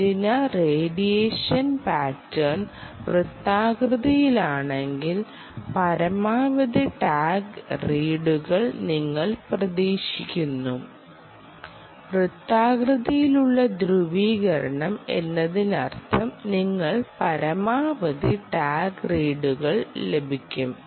antenna radiation pattern വൃത്താകൃതിയിലാണെങ്കിൽ പരമാവധി tag റീഡുകൾ നിങ്ങൾ പ്രതീക്ഷിക്കുന്നു വൃത്താകൃതിയിലുള്ള ധ്രുവീകരണം എന്നതിനർത്ഥം നിങ്ങൾക്ക് പരമാവധി ടാഗ് റീഡുകൾ ലഭിക്കും